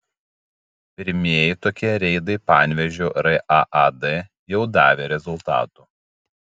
pirmieji tokie reidai panevėžio raad jau davė rezultatų